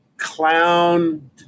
clown